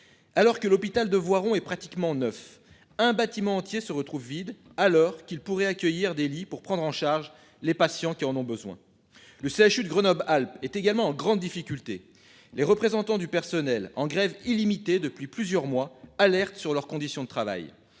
Alors que l'hôpital de Voiron et pratiquement 9 un bâtiment entier se retrouvent vide alors qu'il pourrait accueillir des lits pour prendre en charge les patients qui en ont besoin. Le CHU de Grenoble Alpes est également en grande difficulté. Les représentants du personnel en grève illimitée depuis plusieurs mois. Alerte sur leurs conditions de travail.